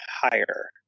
higher